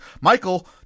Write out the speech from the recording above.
Michael